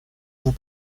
vous